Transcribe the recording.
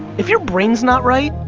if your brain's not right,